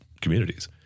communities